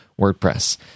WordPress